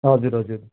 हजुर हजुर